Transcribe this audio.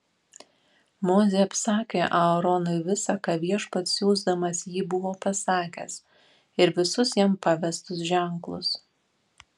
mozė apsakė aaronui visa ką viešpats siųsdamas jį buvo pasakęs ir visus jam pavestus ženklus